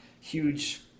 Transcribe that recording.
huge